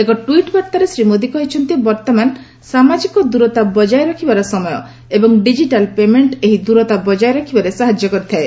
ଏକ ଟ୍ପିଟ୍ ବାର୍ତ୍ତାରେ ଶ୍ରୀ ମୋଦି କହିଛନ୍ତି ବର୍ତ୍ତମାନ ସାମାଜିକ ଦୂରତା ବଜାୟ ରଖିବାର ସମୟ ଏବଂ ଡିଜିଟାଲ ପେମେଣ୍ଟ ଏହି ଦୂରତା ବଜାୟ ରଖିବାରେ ସାହାଯ୍ୟ କରିଥାଏ